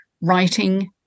writing